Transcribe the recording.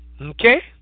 Okay